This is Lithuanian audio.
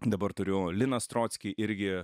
dabar turiu liną strockį irgi